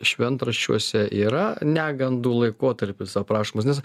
šventraščiuose yra negandų laikotarpis aprašomas nes